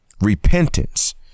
Repentance